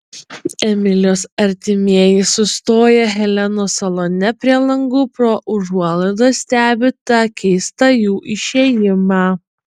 emilijos artimieji sustoję helenos salone prie langų pro užuolaidas stebi tą keistą jų išėjimą